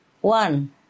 One